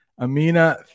Amina